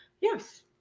Yes